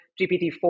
GPT-4